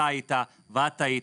אתה היית ואת היית,